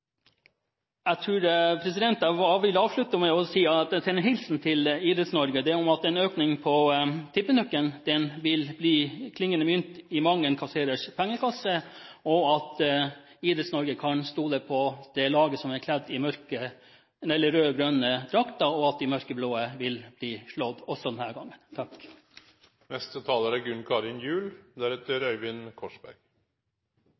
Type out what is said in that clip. Jeg vil avslutte med å sende en hilsen til Idretts-Norge om at en økning på tippenøkkelen vil gi klingende mynt i mang en kasserers pengekasse, og at Idretts-Norge kan stole på det laget som er kledd i røde og grønne drakter, og at de mørkeblå vil bli slått denne gangen også.